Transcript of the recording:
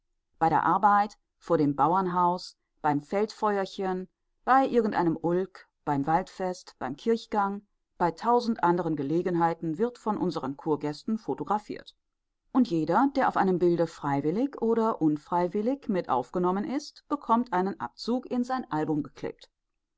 bei der arbeit vor dem bauernhaus beim feldfeuerchen bei irgendeinem ulk beim waldfest beim kirchgang bei tausend anderen gelegenheiten wird von unseren kurgästen photographiert und jeder der auf einem bilde freiwillig oder unfreiwillig mit aufgenommen ist bekommt einen abzug in sein album geklebt